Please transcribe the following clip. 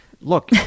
look